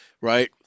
right